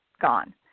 gone